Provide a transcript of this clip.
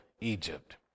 egypt